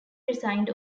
resigned